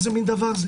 איזה מין דבר זה